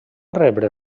rebre